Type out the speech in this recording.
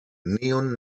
neon